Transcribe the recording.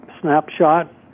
snapshot